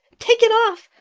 take it off.